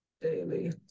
Daily